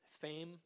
fame